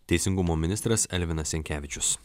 teisingumo ministras elvinas jankevičius